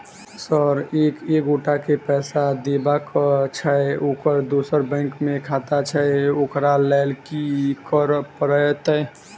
Sir एक एगोटा केँ पैसा देबाक छैय ओकर दोसर बैंक मे खाता छैय ओकरा लैल की करपरतैय?